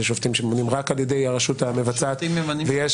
יש שופטים שממונים רק על ידי הרשות המבצעת ויש